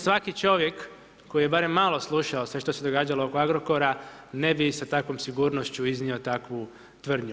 Svaki čovjek koji je barem malo slušao sve što se događalo oko Agrokora, ne bi sa takvom sigurnošću iznio takvu tvrdnju.